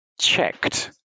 checked